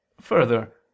Further